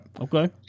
Okay